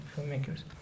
filmmakers